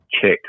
check